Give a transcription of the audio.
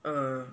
uh